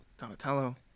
Donatello